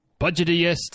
budgetiest